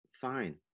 Fine